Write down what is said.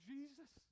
Jesus